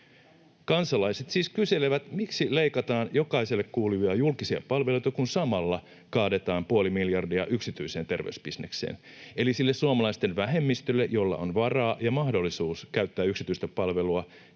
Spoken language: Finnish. Kansalaiset siis kyselevät, miksi leikataan jokaiselle kuuluvia julkisia palveluita, kun samalla kaadetaan puoli miljardia yksityiseen terveysbisnekseen. Eli sille suomalaisten vähemmistölle, jolla on varaa ja mahdollisuus käyttää yksityistä palvelua,